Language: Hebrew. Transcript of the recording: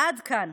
עד כאן.